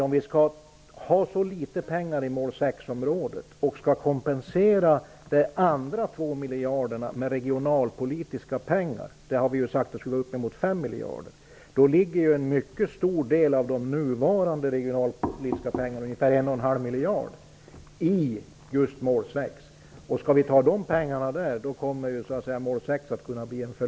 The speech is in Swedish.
Om vi skall ha så litet pengar i mål 6-området och kompensera de andra två miljarder kronorna med regionalpolitiska pengar - vi har sagt att det skall vara uppemot 5 miljarder - ligger en mycket stor del av de nuvarande regionalpolitiska pengarna, ungefär en och en halv miljard, i just mål 6. Det är ett problem.